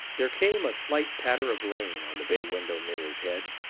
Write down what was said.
there came a slight patter of rain on the bay-window near his head.